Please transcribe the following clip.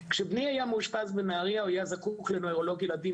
כשבני היה מאושפז בנהריה הוא היה זקוק לנוירולוג ילדים,